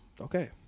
Okay